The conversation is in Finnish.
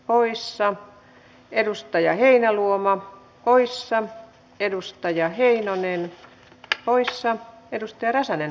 orissan edustaja heinäluoma porissa edustaja heinonen kelpoisessa selvästi parempi